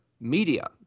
media